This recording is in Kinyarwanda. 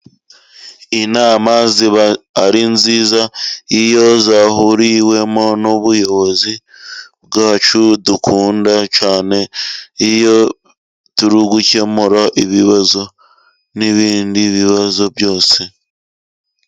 Inama iba ari nziza iyo yahuriwemo n'ubuyobozi bwacu ,dukunda cyane iyo turi gukemura ibibazo n'ibindi bibazo byose.